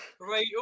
Right